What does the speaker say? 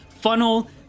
funnel